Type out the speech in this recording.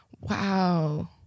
Wow